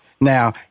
Now